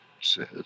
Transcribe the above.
says